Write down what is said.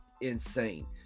insane